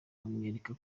bamwereka